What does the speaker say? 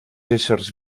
éssers